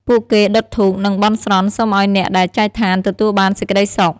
ពួកគេដុតធូប និងបន់ស្រន់សុំឲ្យអ្នកដែលចែនឋានទទួលបានសេចក្ដីសុខ។